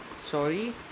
Sorry